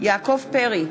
יעקב פרי,